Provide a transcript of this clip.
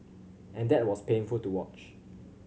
and that was painful to watch